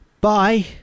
Bye